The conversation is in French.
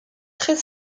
très